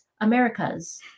america's